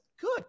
good